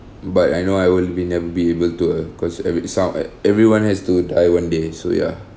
but I know I will be never be able to uh cause every some uh everyone has to die one day so ya